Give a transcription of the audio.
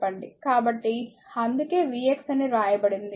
కాబట్టి అందుకే vx అని వ్రాయబడింది